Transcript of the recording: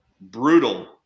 brutal